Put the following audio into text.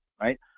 right